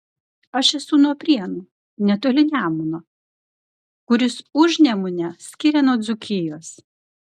aš esu nuo prienų netoli nemuno kuris užnemunę skiria nuo dzūkijos